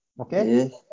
Okay